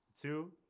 two